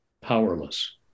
powerless